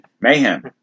mayhem